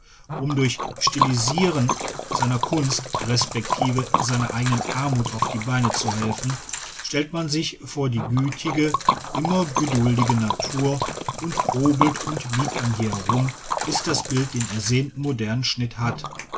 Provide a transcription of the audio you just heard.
um durch stilisieren seiner kunst resp seiner eigenen armut auf die beine zu helfen stellt man sich vor die gütige immer geduldige natur und hobelt und biegt an ihr herum bis das bild den ersehnten modernen schnitt hat